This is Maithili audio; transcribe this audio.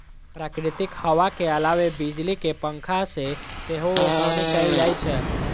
प्राकृतिक हवा के अलावे बिजली के पंखा से सेहो ओसौनी कैल जाइ छै